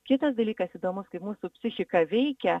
kitas dalykas įdomus kai mūsų psichika veikia